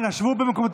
אנא, שבו במקומותיכם.